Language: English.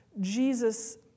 Jesus